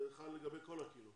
זה חל לגבי כל הקהילות.